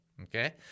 Okay